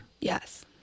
Yes